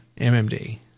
MMD